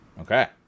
Okay